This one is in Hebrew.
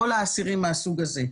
כל האסירים מהסוג הזה.